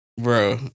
Bro